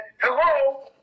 hello